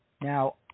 Now